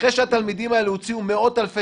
אחרי שהתלמידים האלו הוציאו מאות אלפי